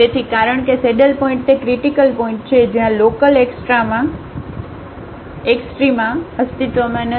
તેથી કારણ કે સેડલ પોઇન્ટ તે ક્રિટીકલ પોઇન્ટ છે જ્યાં લોકલએક્સ્ટ્રામા અસ્તિત્વમાં નથી